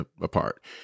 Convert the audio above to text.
apart